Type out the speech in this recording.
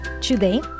Today